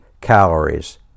calories